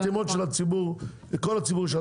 חתימות של הציבור שאת טוענת שאת מייצגת.